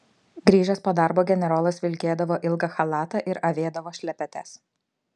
grįžęs po darbo generolas vilkėdavo ilgą chalatą ir avėdavo šlepetes